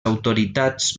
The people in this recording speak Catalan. autoritats